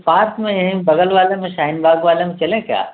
پاس میں ہے بغل والے میں شاہین باغ والے میں چلیں کیا